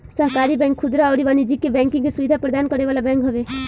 सहकारी बैंक खुदरा अउरी वाणिज्यिक बैंकिंग के सुविधा प्रदान करे वाला बैंक हवे